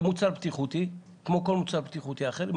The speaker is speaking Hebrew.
זה מוצר בטיחות כמו כל מוצר בטיחות אחר.